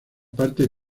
parte